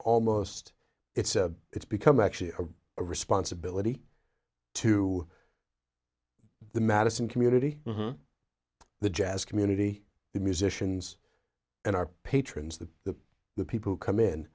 almost it's it's become actually a responsibility to the madison community the jazz community the musicians and our patrons that the the people who come in